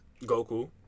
Goku